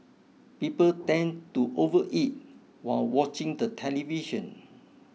people tend to overeat while watching the television